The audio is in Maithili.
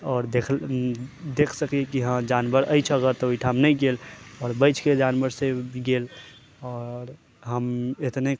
आओर देख देख सकैए कि हँ जानवर अछि अगर तऽ ओहिठाम नहि गेल आओर बचिके जानवरसँ गेल आओर हम एतने